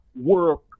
work